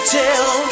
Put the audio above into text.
tell